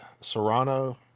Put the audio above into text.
Serrano